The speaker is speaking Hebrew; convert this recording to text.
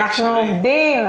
אנחנו עובדים.